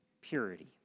purity